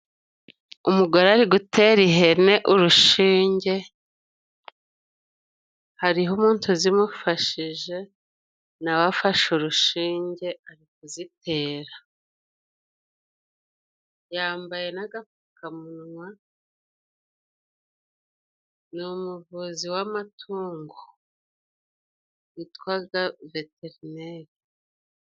Umugore ari gutera ihene urushinjye hariho umuntu uzimufashije na we afashe urushinjye ari kuzitera, yambaye nagapfukamunwa ni umuvuzi w'amatungo witwaga veterineri.